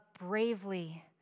bravely